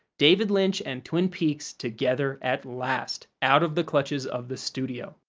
david lynch and twin peaks together at last, out of the clutches of the studio.